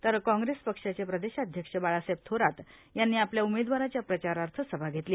तर कॉंग्रेस पक्षाचे प्रदेशाध्यक्ष बाळासाहेब थोरात यांनी आपल्या उमेदवाराच्या प्रचारार्थ सभा घेतली